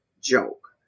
joke